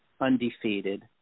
undefeated